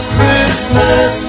Christmas